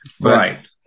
Right